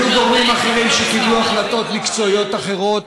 היו גורמים אחרים שקיבלו החלטות מקצועיות אחרות,